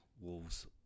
wolves